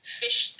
fish